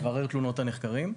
מברר תלונות הנחקרים.